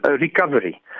recovery